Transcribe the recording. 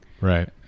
Right